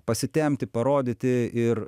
pasitempti parodyti ir